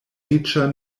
riĉa